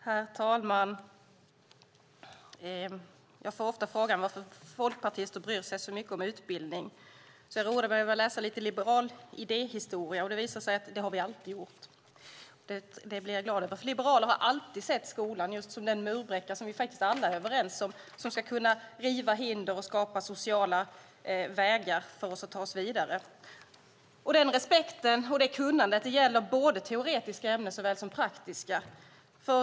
Herr talman! Jag får ofta frågan varför Folkpartiet bryr sig så mycket om utbildning. Jag roade mig därför med att läsa lite liberal idéhistoria, och det visar sig att vi alltid gjort det. Liberaler har alltid sett skolan som den murbräcka som vi alla är överens om ska kunna riva hinder och skapa sociala vägar så att vi kan ta oss vidare. Den respekten och det kunnandet gäller såväl teoretiska som praktiska ämnen.